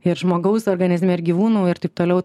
ir žmogaus organizme ir gyvūnų ir taip toliau